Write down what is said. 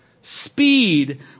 speed